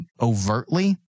overtly